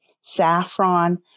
saffron